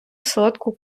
солодку